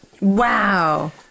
Wow